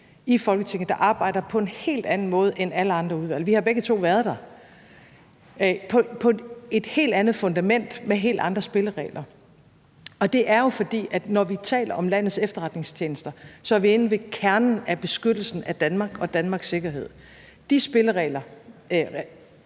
i Folketinget, der arbejder på en helt anden måde end alle andre udvalg – vi har begge to været der – på et helt andet fundament og med helt andre spilleregler, og det er jo, fordi når vi taler om landets efterretningstjenester, er vi inde ved kernen af beskyttelsen af Danmark og Danmarks sikkerhed. De spilleregler